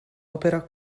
opera